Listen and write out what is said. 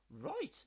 right